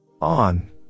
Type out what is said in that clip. On